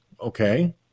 Okay